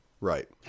Right